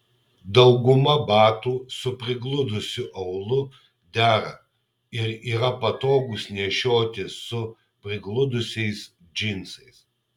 dauguma batų su prigludusiu aulu dera ir yra patogūs nešioti su prigludusiais džinsais